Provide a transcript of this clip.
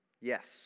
Yes